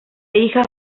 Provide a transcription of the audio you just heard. hija